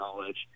knowledge